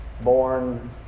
born